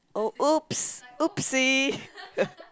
oh !oops! !oopsie!